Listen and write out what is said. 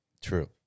True